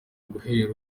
guhera